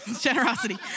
Generosity